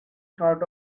short